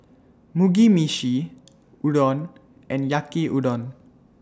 Mugi Meshi Udon and Yaki Udon